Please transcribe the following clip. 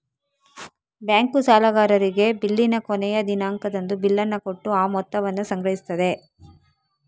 bank ಸಾಲಗಾರರಿಗೆ ಬಿಲ್ಲಿನ ಕೊನೆಯ ದಿನಾಂಕದಂದು ಬಿಲ್ಲನ್ನ ಕೊಟ್ಟು ಆ ಮೊತ್ತವನ್ನ ಸಂಗ್ರಹಿಸ್ತದೆ